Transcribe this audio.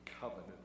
covenant